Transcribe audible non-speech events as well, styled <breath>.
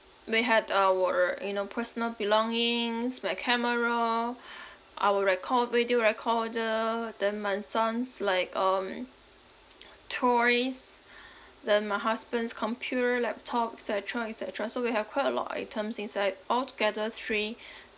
we had our you know personal belongings my camera our recor~ video recorder then my son's like um <noise> toys <breath> then my husband's computer laptop et cetera et cetera so we have quite a lot of items inside all together three